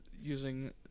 using